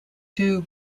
two